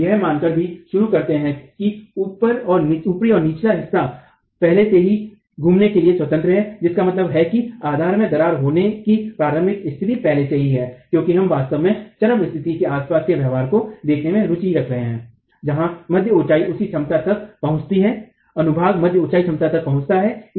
हम यह मानकर भी शुरू करते हैं कि ऊपरी और निचला हिस्सा पहले से ही घूमने के लिए स्वतंत्र हैं जिसका मतलब है कि आधार में दरार होने की प्रारंभिक स्थिति पहले से ही है क्योंकि हम वास्तव में चरम स्थिति के आसपास के व्यवहार को देखने में रुचि रखते हैं जहाँ मध्य ऊँचाई उसकी क्षमता तक पहुँचती है अनुभाग मध्य ऊंचाई क्षमता तक पहुँचता है